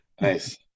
nice